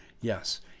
Yes